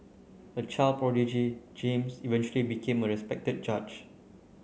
a child prodigy James eventually became a respected judge